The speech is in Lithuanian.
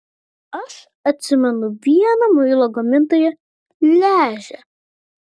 aš atsimenu vieną muilo gamintoją lježe